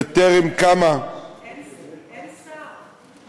בטרם קמה, אין שר.